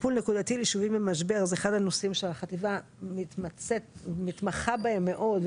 טיפול נקודתי ביישובים במשבר זה אחד הנושאים שהחטיבה מתמחה בהם מאוד,